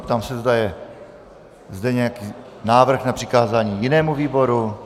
Ptám se, zda je zde nějaký návrh na přikázání jinému výboru.